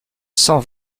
cent